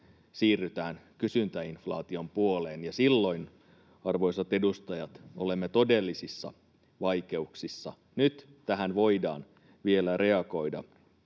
siirrytään kysyntäinflaation puoleen. Ja silloin, arvoisat edustajat, olemme todellisissa vaikeuksissa. Nyt tähän voidaan vielä reagoida.